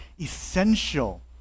essential